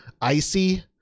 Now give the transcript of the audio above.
icy